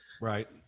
Right